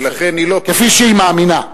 ולכן היא לא, כפי שהיא מאמינה.